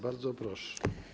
Bardzo proszę.